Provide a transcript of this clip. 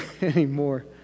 anymore